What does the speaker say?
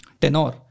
tenor